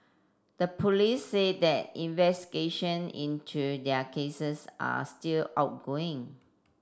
the police said that investigation into their cases are still outgoing